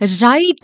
right